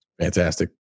Fantastic